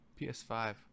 PS5